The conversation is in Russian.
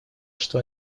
что